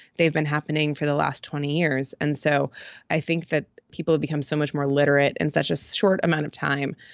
they've been happening for the last twenty years. and so i think that people become so much more literate in such a short amount of time.